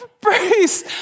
Bruce